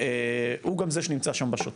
הוא גם זה שנמצא שם בשוטף.